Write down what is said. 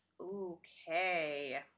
okay